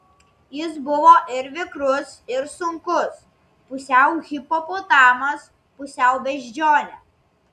jis buvo ir vikrus ir sunkus pusiau hipopotamas pusiau beždžionė